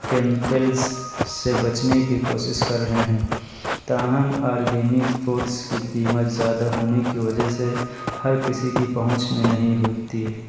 chemicals سے بچنے کی کوشش کر رہے ہیں تاہم آرگینک فوڈس کی قیمت زیادہ ہونے کی وجہ سے ہر کسی کی پہنچ میں نہیں ہوتی ہے